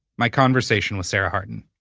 my conversation with sarah harden.